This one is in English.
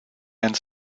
and